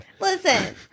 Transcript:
Listen